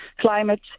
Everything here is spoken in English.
climate